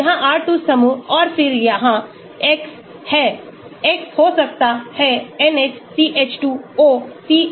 यहाँ R2 समूह और फिर यहाँ X है X हो सकता है NH CH2 O CONH2